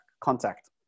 contact